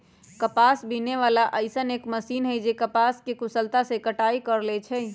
कपास बीने वाला अइसन एक मशीन है जे कपास के कुशलता से कटाई कर लेई छई